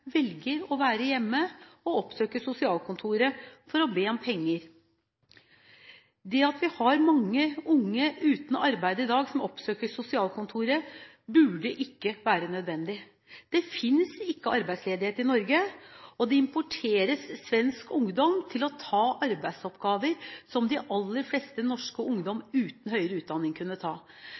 velger å være hjemme og heller oppsøker sosialkontoret for å be om penger. Det at vi har mange unge uten arbeid i dag som oppsøker sosialkontoret, burde ikke være nødvendig. Det finnes ikke arbeidsledighet i Norge, og det importeres svensk ungdom til å ta arbeidsoppgaver som de aller fleste norske ungdommer uten høyere utdanning kunne ta.